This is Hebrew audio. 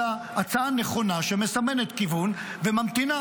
אלא הצעה נכונה שמסמנת כיוון וממתינה